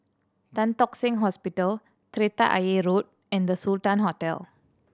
Tan Tock Seng Hospital Kreta Ayer Road and The Sultan Hotel